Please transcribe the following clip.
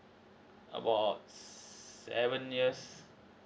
about seven years